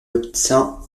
obtient